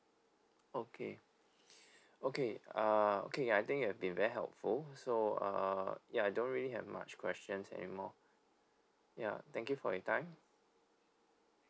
okay okay uh okay ya I think you have been very helpful so ah ya I don't really have much questions anymore ya thank you for your time